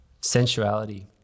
Sensuality